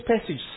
passage